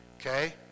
okay